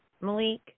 Malik